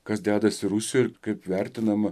kas dedasi rusijoj ir kaip vertinama